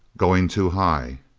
going too high.